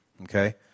Okay